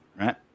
Right